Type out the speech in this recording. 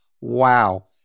Wow